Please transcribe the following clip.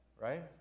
Right